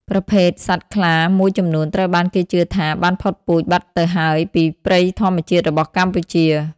ប្រភេទសត្វខ្លាមួយចំនួនត្រូវបានគេជឿថាបានផុតពូជបាត់ទៅហើយពីព្រៃធម្មជាតិរបស់កម្ពុជា។